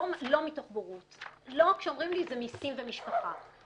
לא מתוך בורות, לא כשאומרים לי זה מיסים ומשפחה.